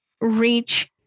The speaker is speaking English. reach